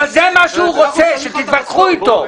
זה מה שהוא רוצה, שתתווכחו אתו.